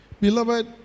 Beloved